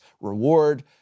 reward